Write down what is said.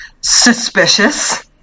suspicious